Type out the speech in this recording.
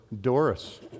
Doris